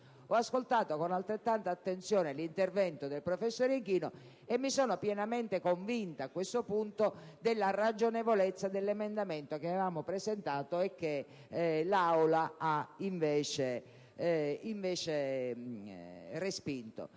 Ho ascoltato con altrettanta attenzione l'intervento del professor Ichino e mi sono pienamente convinta, a questo punto, della ragionevolezza dell'emendamento che avevamo presentato e che l'Aula ha invece respinto.